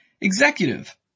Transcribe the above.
Executive